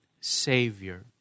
Savior